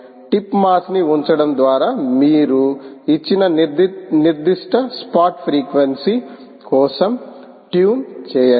tip మాస్ని ఉంచడం ద్వారా మీరు ఇచ్చిన నిర్దిష్ట స్పాట్ ఫ్రీక్వెన్సీ కోసం ట్యూన్ చేయండి